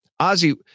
Ozzy